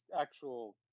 actual